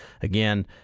again